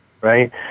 right